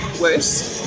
worse